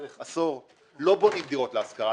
(עידוד בניית דירות מגורים השכרה),